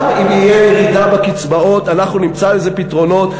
גם אם תהיה ירידה בקצבאות אנחנו נמצא לזה פתרונות.